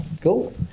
Cool